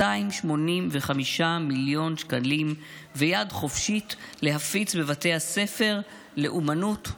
285 מיליון שקלים ויד חופשית להפיץ בבתי הספר לאומנות,